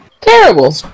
Terrible